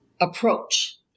approach